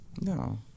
No